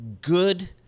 good